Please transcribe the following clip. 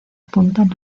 apuntan